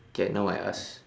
okay now I ask